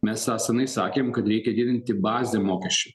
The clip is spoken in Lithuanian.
mes tą senai sakėm kad reikia didinti bazę mokesčių